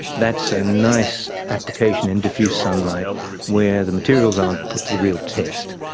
that's a nice application in diffuse sunlight where the materials aren't put to the real test.